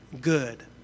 good